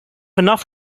enough